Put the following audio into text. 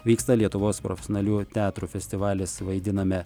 vyksta lietuvos profesionalių teatrų festivalis vaidiname